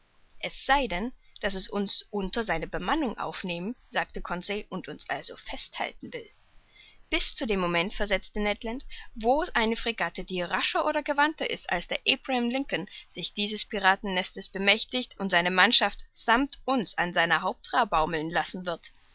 es sei denn daß es uns unter seine bemannung aufnehmen sagte conseil und also uns festhalten will bis zu dem moment versetzte ned land wo eine fregatte die rascher oder gewandter ist als der abraham lincoln sich dieses piratennestes bemächtigen und seine mannschaft sammt uns an seiner hauptrah baumeln lassen wird